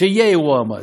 כשיהיה אירוע מס.